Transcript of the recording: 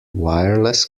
wireless